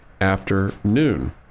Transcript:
afternoon